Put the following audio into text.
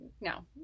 no